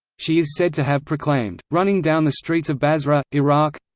she is said to have proclaimed, running down the streets of basra, iraq